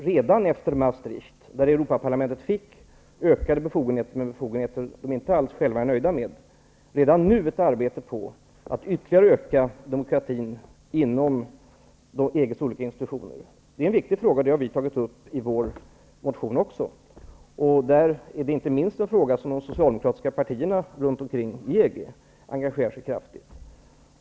Genom Europaparlamentet ökade befogenheter, men man är trots detta inte alls nöjd, utan det pågår redan nu ett arbete med att ytterligare öka demokratin inom EG:s olika institutioner. Det är en viktig fråga, som även vi har tagit upp i vår motion. Inte minst är det en fråga som de socialdemokratiska partierna runt om i EG-länderna engagerar sig kraftigt för.